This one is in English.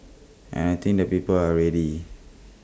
and I think the people are ready